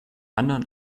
anderen